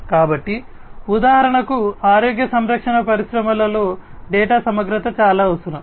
కాబట్టి ఉదాహరణకు ఆరోగ్య సంరక్షణ పరిశ్రమలో డేటా సమగ్రత చాలా అవసరం